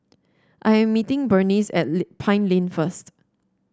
I am meeting Burnice at Lane Pine Lane first